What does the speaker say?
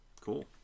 cool